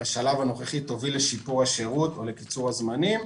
בשלב הנוכחי תוביל לשיפור השירות או לקיצור הזמנים.